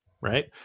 Right